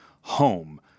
home